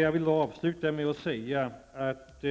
Jag vill avsluta med att säga att